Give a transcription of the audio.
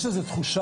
יש איזו תחושה,